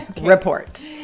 Report